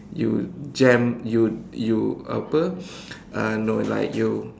you jam you you apa uh no like you